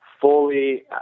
fully